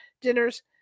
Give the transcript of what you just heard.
dinners